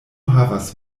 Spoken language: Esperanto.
havas